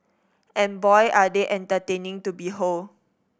and boy are they entertaining to behold